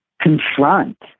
confront